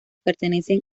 pertenecen